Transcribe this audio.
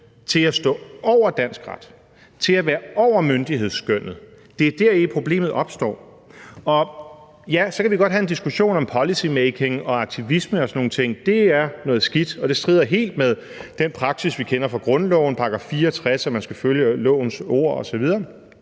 til at stå over dansk ret, til at være over myndighedsskønnet, at problemet opstår. Vi kan godt have en diskussion om policy making og aktivisme og sådan nogle ting, og det er noget skidt, og det strider helt mod den praksis, vi kender fra grundloven, § 64, om, at man skal følge lovens ord osv.,